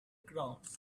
ground